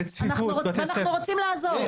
אנחנו רוצים לעזור.